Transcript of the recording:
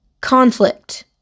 conflict